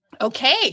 Okay